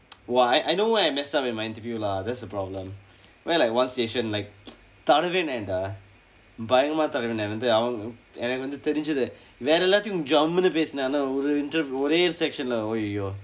!wah! I I know why I messed up in my interview lah that's the problem where like one station like po தடவினேன்:thadavineen dah பயமா தடவினேன் வந்து அவன் எனக்கு வந்து தெரிந்தது வேற எல்லாத்தையும் ஐம்முன்னு பேசினேன் ஆனா ஒரு:payamaa thadavineen vandthu avan enakku vandthu therindthathu veera ellaththaiyum jammunu peesineen aanaa oru inter~ ஒரே:oree section இல்ல:illa !aiyo!